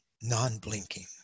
non-blinking